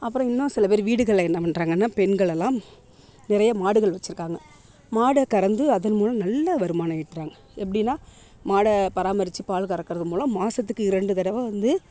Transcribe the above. அப்புறம் இன்னும் சிலபேர் வீடுகளில் என்ன பண்ணுறாங்கன்னா பெண்களெல்லாம் நிறைய மாடுகள் வச்சுருக்காங்க மாடை கறந்து அதன் மூலம் நல்ல வருமானம் ஈட்டுறாங்க எப்படின்னா மாடை பராமரிச்சு பால் கறக்கிறதன் மூலம் மாதத்துக்கு இரண்டு தடவை வந்து